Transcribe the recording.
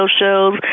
shows